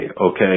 okay